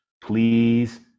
please